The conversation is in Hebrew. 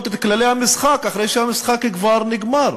את כללי המשחק אחרי שהמשחק כבר נגמר.